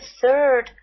third